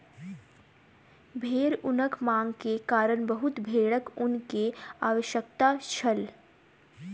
भेड़ ऊनक मांग के कारण बहुत भेड़क ऊन के आवश्यकता छल